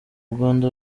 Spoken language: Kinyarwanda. rwanda